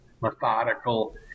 methodical